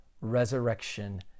Resurrection